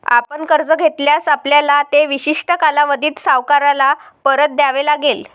आपण कर्ज घेतल्यास, आपल्याला ते विशिष्ट कालावधीत सावकाराला परत द्यावे लागेल